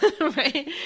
right